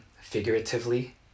figuratively